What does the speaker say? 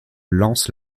lance